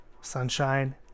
Sunshine